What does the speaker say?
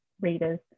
readers